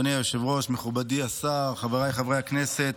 אדוני היושב-ראש, מכובדי השר, חבריי חברי הכנסת,